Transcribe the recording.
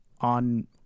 on